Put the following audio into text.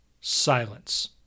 Silence